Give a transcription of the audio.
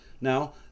now